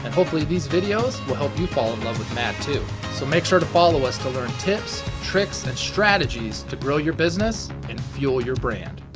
and hopefully these videos will help you fall in love with math, too. so make sure to follow us to learn tips, tricks, and strategies to grow your business and fuel your brand.